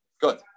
Good